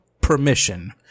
permission